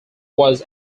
was